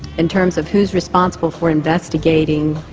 in terms of who's responsible for investigating.